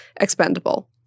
Expendable